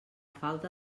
falta